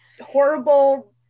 horrible